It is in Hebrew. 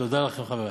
תודה לכם, חברי.